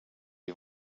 die